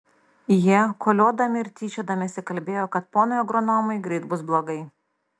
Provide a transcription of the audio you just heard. jie koliodami ir tyčiodamiesi kalbėjo kad ponui agronomui greit bus blogai